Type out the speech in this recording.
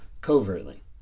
covertly